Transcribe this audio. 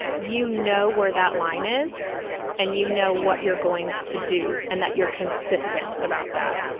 you know where that line is and you know what you're going to do and that you're consistent about that,